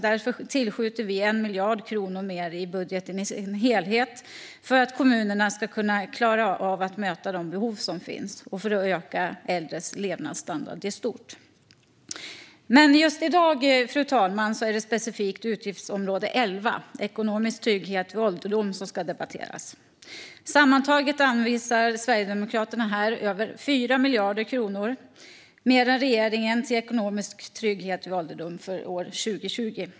Därför tillskjuter vi 1 miljard kronor mer i vår budget i dess helhet för att kommunerna ska klara att möta de behov som finns och för att öka äldres levnadsstandard i stort. Men just i dag, fru talman, är det specifikt utgiftsområde 11 Ekonomisk trygghet vid ålderdom som ska debatteras. Sammantaget anvisar Sverigedemokraterna över 4 miljarder kronor mer än regeringen till detta utgiftsområde för år 2020.